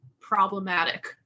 problematic